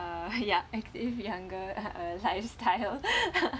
uh yup active younger uh lifestyle